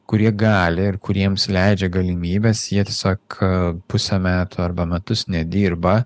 kurie gali ir kuriems leidžia galimybės jie tiesiog pusę metų arba metus nedirba